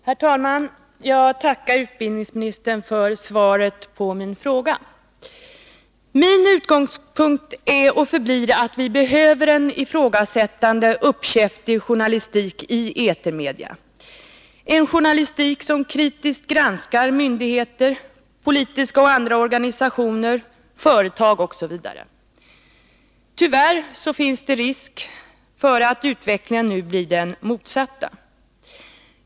Herr talman! Jag tackar utbildningsministern för svaret på min fråga. Min utgångspunkt är och förblir att vi behöver en ifrågasättande, uppkäftig journalistik i etermedia, en journalistik som kritiskt granskar myndigheter, politiska och andra organisationer, företag osv. Tyvärr finns det risk för att utvecklingen nu blir den motsatta.